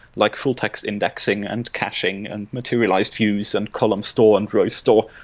like full-text indexing, and caching, and materialized views, and column store, and row store.